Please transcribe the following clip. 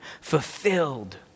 fulfilled